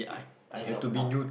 as of now